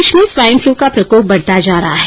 प्रदेश में swine flu का प्रकोप बढ़ता जा रहा है